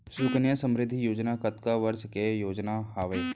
सुकन्या समृद्धि योजना कतना वर्ष के योजना हावे?